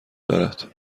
دارد